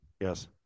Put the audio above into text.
yes